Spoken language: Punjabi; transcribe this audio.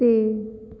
ਤੇ